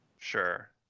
Sure